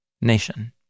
nation